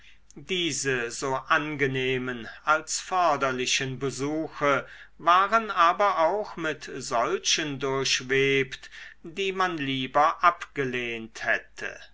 diese so angenehmen als förderlichen besuche waren aber auch mit solchen durchwebt die man lieber abgelehnt hätte